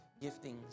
giftings